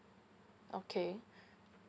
okay